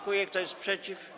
Kto jest przeciw?